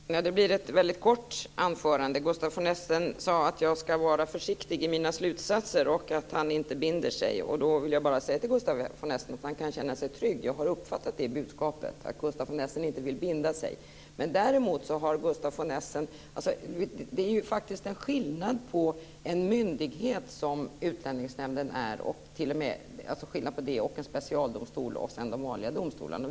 Fru talman! Det blir ett mycket kort anförande. Gustaf von Essen sade att jag ska vara försiktig i mina slutsatser och att han inte binder sig. Jag vill då bara säga till Gustaf von Essen att han kan känna sig trygg, jag har uppfattat budskapet att Gustaf von Essen inte vill binda sig. Men däremot vill jag säga till Gustaf von Essen att det faktiskt är skillnad på en myndighet som Utlänningsnämnden är och en specialdomstol och sedan de vanliga domstolarna.